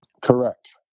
Correct